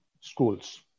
schools